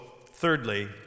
thirdly